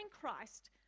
Christ